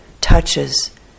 touches